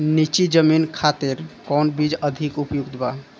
नीची जमीन खातिर कौन बीज अधिक उपयुक्त बा?